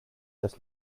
das